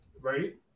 right